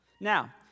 Now